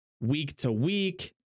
week-to-week